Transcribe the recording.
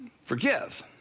forgive